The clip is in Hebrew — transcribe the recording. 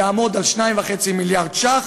יעמוד על 2.5 מיליארד ש"ח,